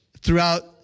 throughout